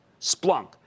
Splunk